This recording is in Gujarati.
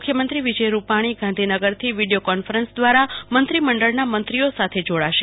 મુખ્યમંત્રી વિજય રૂપાણી ગાંધીનગરથી વિડીયો કોન્ફરન્સ દ્વારા મંત્રીમંડળના મંત્રીઓ સાથે જોડાશે